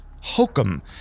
hokum